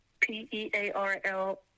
p-e-a-r-l